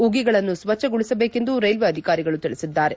ಉಗಿಗಳನ್ನು ಸ್ವಚ್ದಗೊಳಿಸಬೇಕೆಂದು ರೈಲ್ವೆ ಅಧಿಕಾರಿಗಳು ತಿಳಿಸಿದ್ದಾರೆ